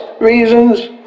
reasons